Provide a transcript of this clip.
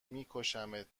میکشمت